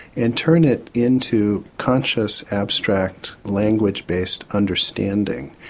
and turn it into conscious, abstract language-based understanding.